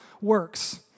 works